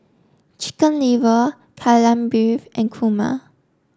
chicken liver Kai Lan Beef and Kurma